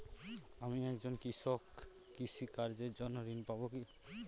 আমি একজন কৃষক কৃষি কার্যের জন্য ঋণ পাব কি?